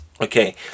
Okay